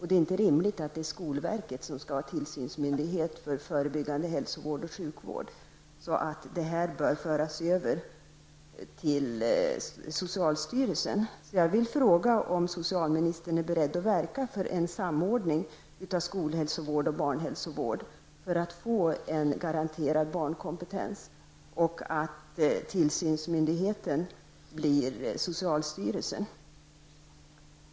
Det är inte är rimligt att skolverket skall vara tillsynsmyndighet för förebyggande hälsovård och sjukvård. Det bör alltså ske en överföring till socialstyrelsen.